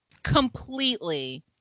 Completely